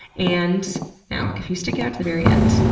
and now, if you stick it out to the very end,